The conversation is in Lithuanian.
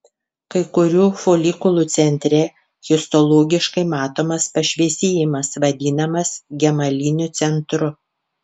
kai kurių folikulų centre histologiškai matomas pašviesėjimas vadinamas gemaliniu centru